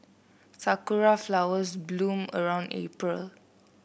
sakura flowers bloom around April